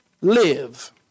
live